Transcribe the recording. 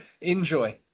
enjoy